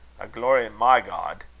glory in my god.